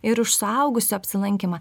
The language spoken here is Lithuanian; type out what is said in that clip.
ir už suaugusio apsilankymą